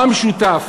מה המשותף